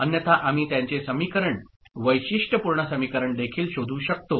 अन्यथा आम्ही त्यांचे समीकरण वैशिष्ट्यपूर्ण समीकरणदेखील शोधू शकतो